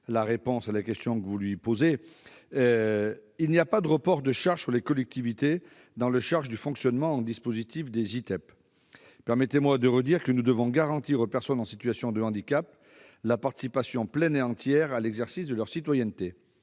la réponse qu'elle m'a transmise. Il n'y a pas de report de charges sur les collectivités dans le cadre du fonctionnement en dispositif ITEP (Ditep). Permettez-moi de redire que nous devons garantir aux personnes en situation de handicap une participation pleine et entière à l'exercice de leur citoyenneté.